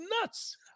nuts